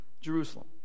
Jerusalem